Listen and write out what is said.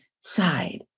side